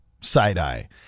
side-eye